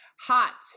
hot